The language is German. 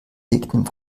legten